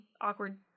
awkward